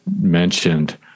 mentioned